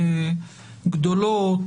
גדולות,